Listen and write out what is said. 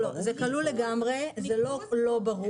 זה לגמרי כלול, זה לא לא ברור.